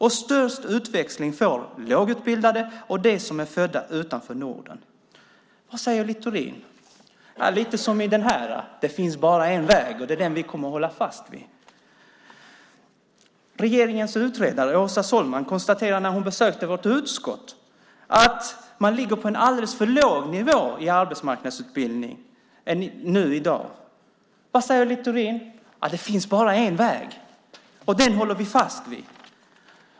Störst utväxling får lågutbildade och de som är födda utanför Norden. Vad säger Littorin? Lite så här: Det finns bara en väg, och det är den vi kommer att hålla fast vid. Regeringens utredare Åsa Sohlman konstaterade när hon besökte vårt utskott att man ligger på en alldeles för låg nivå i arbetsmarknadsutbildning nu i dag. Vad säger Littorin? Det finns bara en väg, och den håller vi fast vid.